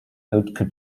haute